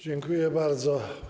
Dziękuję bardzo.